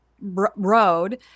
road